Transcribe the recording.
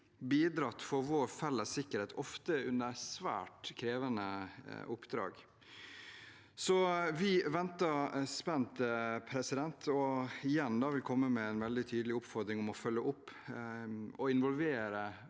bidratt for vår felles sikkerhet, ofte under svært krevende oppdrag. Vi venter derfor spent og vil igjen komme med en veldig tydelig oppfordring om å følge opp og involvere